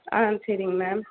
ஆ சரிங்க மேம்